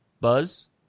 buzz